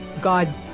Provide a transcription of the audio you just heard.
God